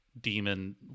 demon